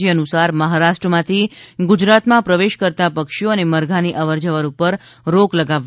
જે અનુસાર મહારાષ્ટ્રલમાંથી ગુજરાતમાં પ્રવેશ કરતાં પક્ષીઓ અને મરઘાંની અવરજવર પર રોક લગાવવામાં આવી છે